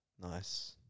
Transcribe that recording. Nice